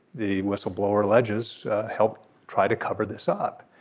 the whistleblower alleges helped try to cover this up.